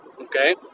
okay